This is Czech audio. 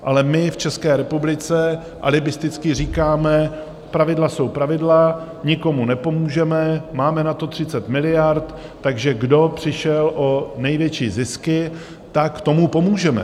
Ale my v České republice alibisticky říkáme: Pravidla jsou pravidla, nikomu nepomůžeme, máme na to 30 miliard, takže kdo přišel o největší zisky, tomu pomůžeme.